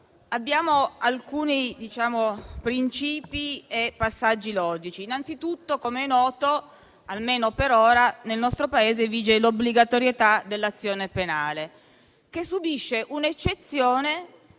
abbiamo alcuni principi e passaggi logici: innanzitutto, com'è noto, almeno per ora nel nostro Paese vige l'obbligatorietà dell'azione penale, che subisce un'eccezione